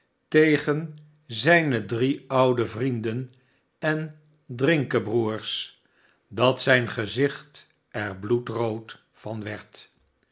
tegen zijne drie oude vrienden en drinkebroers dat zijn gezicht er bloedrood van werd